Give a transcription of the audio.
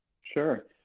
Sure